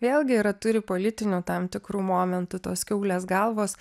vėlgi yra turi politinių tam tikru momentu tos kiaulės galvos